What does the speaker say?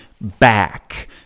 back